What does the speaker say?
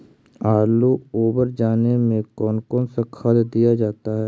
आलू ओवर जाने में कौन कौन सा खाद दिया जाता है?